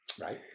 Right